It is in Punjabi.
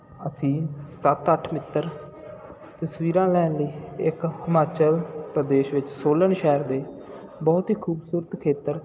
ਅਸੀਂ ਸੱਤ ਅੱਠ ਮਿੱਤਰ ਤਸਵੀਰਾਂ ਲੈਣ ਲਈ ਇੱਕ ਹਿਮਾਚਲ ਪ੍ਰਦੇਸ਼ ਵਿੱਚ ਸੋਲਨ ਸ਼ਹਿਰ ਦੇ ਬਹੁਤ ਹੀ ਖੂਬਸੂਰਤ ਖੇਤਰ